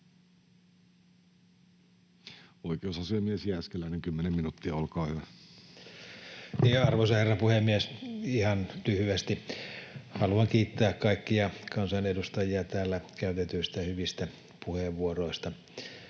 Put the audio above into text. Oikeusasiamies Jääskeläinen, 10 minuuttia, olkaa hyvä. Arvoisa herra puhemies! Ihan lyhyesti. Haluan kiittää kaikkia kansanedustajia täällä käytetyistä hyvistä puheenvuoroista.